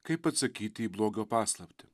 kaip atsakyti į blogio paslaptį